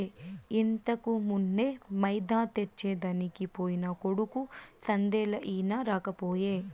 ఇంతకుమున్నే మైదా తెచ్చెదనికి పోయిన కొడుకు సందేలయినా రాకపోయే